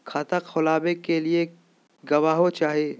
खाता खोलाबे के लिए गवाहों चाही?